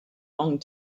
long